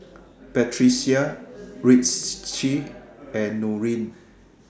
Batrisya Rizqi and Nurin